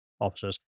officers